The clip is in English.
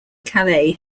calais